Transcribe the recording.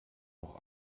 noch